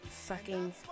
sucking